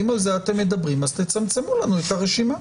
אם על זה אתם מדברים, אז תצמצמו לנו את הרשימה.